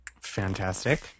Fantastic